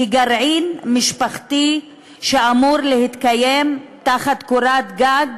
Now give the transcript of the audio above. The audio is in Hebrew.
כגרעין משפחתי שאמור להתקיים תחת קורת גג,